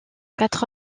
quatre